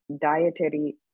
dietary